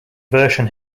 version